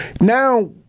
Now